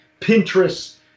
Pinterest